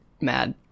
mad